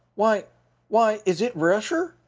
why why is it rusher?